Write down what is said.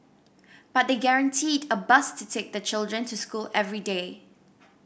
but they guaranteed a bus to take the children to school every day